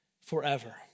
forever